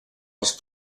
els